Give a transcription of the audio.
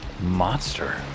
Monster